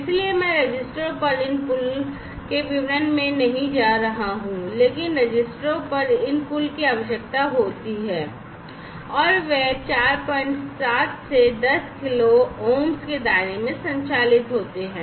इसलिए मैं रजिस्टरों पर इन पुल के विवरण में नहीं जा रहा हूं लेकिन रजिस्टरों पर इन पुल की आवश्यकता होती है और वे 47 से 10 kilo ohms के दायरे में संचालित होते हैं